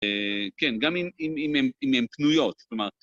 כן, גם אם הן פנויות, כלומר...